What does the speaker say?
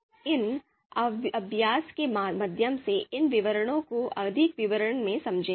में एक अभ्यास के माध्यम से इन विवरणों को अधिक विवरण में समझेंगे